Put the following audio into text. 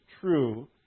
true